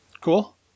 Cool